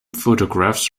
photographs